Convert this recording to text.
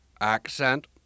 Accent